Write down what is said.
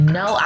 no